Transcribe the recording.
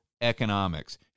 economics